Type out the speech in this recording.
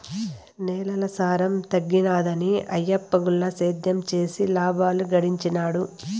నేలల సారం తగ్గినాదని ఆయప్ప గుల్ల సేద్యం చేసి లాబాలు గడించినాడు